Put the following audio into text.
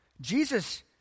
Jesus